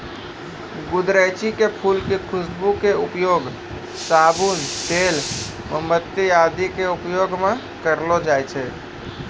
गुदरैंची के फूल के खुशबू के उपयोग साबुन, तेल, मोमबत्ती आदि के उपयोग मं करलो जाय छै